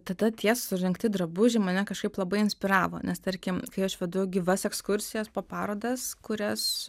tada tie surinkti drabužiai mane kažkaip labai inspiravo nes tarkim kai aš vedu gyvas ekskursijas po parodas kurias